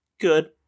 good